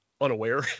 unaware